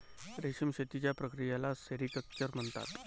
रेशीम शेतीच्या प्रक्रियेला सेरिक्चर म्हणतात